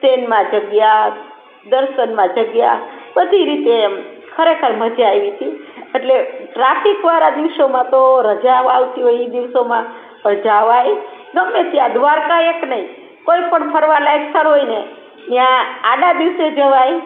ટ્રેનમાં જગ્યા દર્શનમાં જગ્યા બધી રીતે એમ ખરેખર મજા આવી તી એટલે ટ્રાફિકવાળા દિવસોમાં તો રજાઓ આવતી હોય એ દિવસોમાં પણ જાવાય ગમે ત્યાં દ્વારકા એક નહીં કોઈપણ ફરવાલાયક સ્થળ હોયને ત્યાં આડા દિવસે જવાય